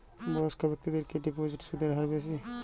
বয়স্ক ব্যেক্তিদের কি ডিপোজিটে সুদের হার বেশি?